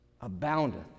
aboundeth